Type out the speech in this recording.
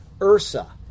Ursa